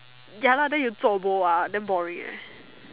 ya lah then you zuo bo ah damn boring